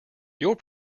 your